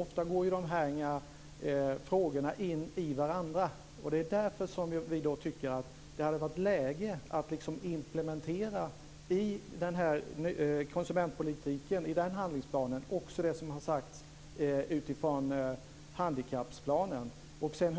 Ofta går frågorna in i varandra. Det är därför som vi tycker att det hade varit läge att i handlingsplanen för konsumentpolitiken också implementera det som har sagts i handikapplanen.